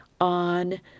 on